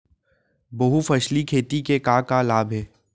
बहुफसली खेती के का का लाभ हे?